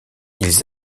ils